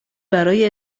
برای